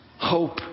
Hope